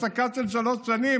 הפסקה של שלוש שנים.